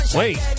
wait